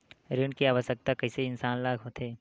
ऋण के आवश्कता कइसे इंसान ला होथे?